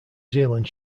zealand